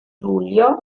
luglio